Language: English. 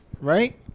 right